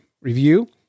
review